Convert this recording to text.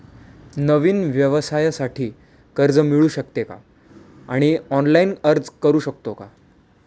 नवीन व्यवसायासाठी कर्ज मिळू शकते का आणि ऑनलाइन अर्ज करू शकतो का?